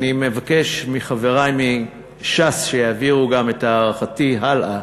ואני גם מבקש מחברי מש"ס שיעבירו את הערכתי הלאה,